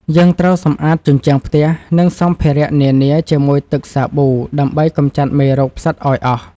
យើងត្រូវសម្អាតជញ្ជាំងផ្ទះ និងសម្ភារៈនានាជាមួយទឹកសាប៊ូដើម្បីកម្ចាត់មេរោគផ្សិតឱ្យអស់។